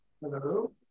Hello